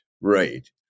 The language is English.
right